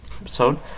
episode